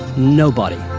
nobody.